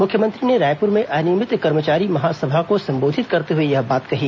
मुख्यमंत्री ने रायपूर में अनियमित कर्मचारी महासभा को संबोधित करते हुए यह बात कही